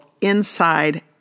Inside